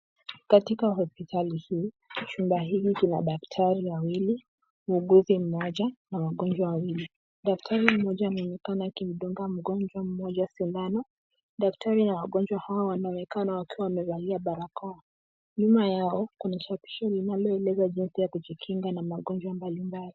Katika hospitali hii, chumba hiki kina daktari wawili, muuguzi mmoja na wagonjwa wawili. Daktari mmoja anaonekana akimdunga mgonjwa mmoja sindano. Daktari na wagonjwa hawa wanaonekana wakiwa wamevaa barakoa. Nyuma yao kuna chapisho linaloeleza jinsi ya kujikinga na magonjwa mbalimbali.